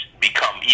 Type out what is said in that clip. become